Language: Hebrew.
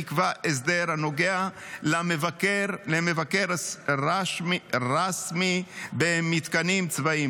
נקבע הסדר הנוגע למבקר רשמי במתקנים צבאיים.